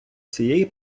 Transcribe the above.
цієї